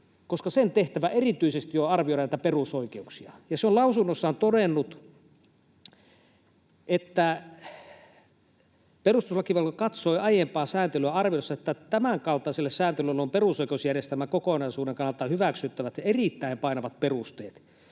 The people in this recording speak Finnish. koska sen tehtävä erityisesti on arvioida näitä perusoikeuksia. Se on lausunnossaan todennut: ”Perustuslakivaliokunta katsoi aiempaa sääntelyä arvioidessaan, että tämänkaltaiselle sääntelylle on perusoikeusjärjestelmän kokonaisuuden kannalta hyväksyttävät ja erittäin painavat perusteet.